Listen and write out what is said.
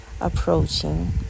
approaching